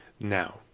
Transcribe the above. Now